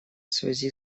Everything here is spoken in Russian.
связи